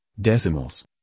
decimals